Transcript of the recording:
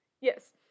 Yes